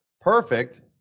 Perfect